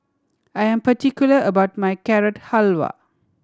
I am particular about my Carrot Halwa